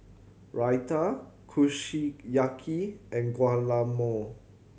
Raita Kushiyaki and Guacamole